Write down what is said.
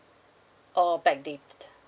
or backdate